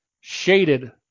Shaded